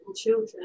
children